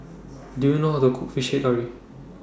Do YOU know How to Cook Fish Head Curry